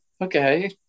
okay